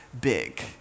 big